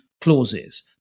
clauses